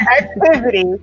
activity